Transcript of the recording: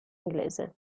inglese